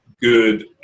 good